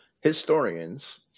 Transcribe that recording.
historians